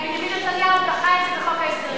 בנימין נתניהו דחה את זה בחוק ההסדרים.